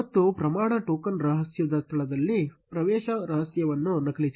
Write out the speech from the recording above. ಮತ್ತು ಪ್ರಮಾಣ ಟೋಕನ್ ರಹಸ್ಯದ ಸ್ಥಳದಲ್ಲಿ ಪ್ರವೇಶ ರಹಸ್ಯವನ್ನು ನಕಲಿಸಿ